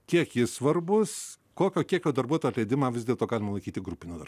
kiek jis svarbus kokio kiekio darbuotojų atleidimą vis dėl to kad nulaikyti grupinis